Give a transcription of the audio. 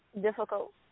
difficult